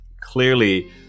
Clearly